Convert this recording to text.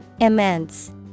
immense